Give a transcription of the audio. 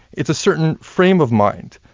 it's a certain frame of mind.